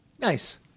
Nice